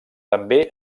també